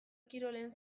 kirolen